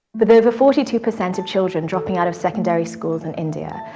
with over forty two percent of children dropping out of secondary schools in india,